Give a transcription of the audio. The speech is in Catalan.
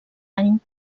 any